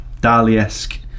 Dali-esque